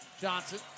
Johnson